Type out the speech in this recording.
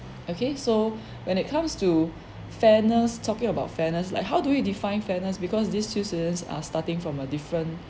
okay so when it comes to fairness talking about fairness like how do we define fairness because these two students are starting from a different